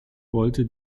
wollte